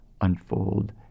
unfold